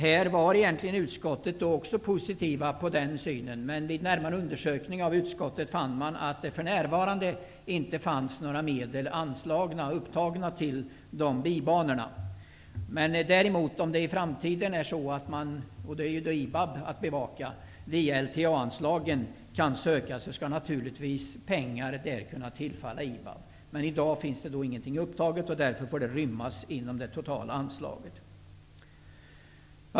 Utskottet har varit positivt också till detta, men fann vid närmare undersökning att det för närvarande inte fanns några medel upptagna för dessa bibanor. Det åligger dock IBAB att bevaka de s.k. LTA-anslagen, och om möjlighet att söka medel därifrån uppstår, skall pengar från dessa naturligtvis kunna tillfalla IBAB. I dag finns dock ingenting härför anslaget, och därför får detta rymmas inom det totala anslaget.